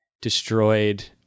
destroyed